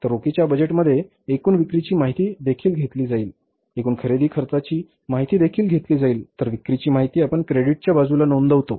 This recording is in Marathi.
तर रोखीच्या बजेटमध्ये एकूण विक्रीची माहिती देखील घेतली जाईल एकूण खरेदी खर्चाची माहिती देखील घेतली जाईल तर विक्रीची माहिती आपण क्रेडिटच्या बाजूला नोंदवतो